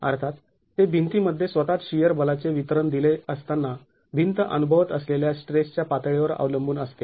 अर्थात ते भिंतीमध्ये स्वतःच शिअर बलाचे वितरण दिले असताना भिंत अनुभवत असलेल्या स्ट्रेसच्या पातळीवर अवलंबून असते